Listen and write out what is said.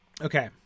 Okay